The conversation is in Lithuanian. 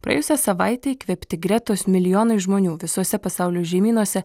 praėjusią savaitę įkvėpti gretos milijonai žmonių visose pasaulio žemynuose